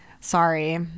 Sorry